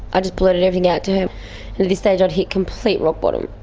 i just blurted everything out to her. at this stage i'd hit complete rock bottom.